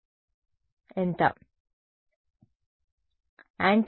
విద్యార్థి యాంటెన్నా పరిమాణం